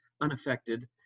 unaffected